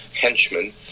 henchmen